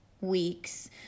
weeks